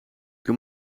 doe